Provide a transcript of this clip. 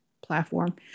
platform